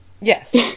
Yes